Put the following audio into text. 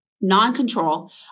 non-control